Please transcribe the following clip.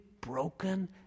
broken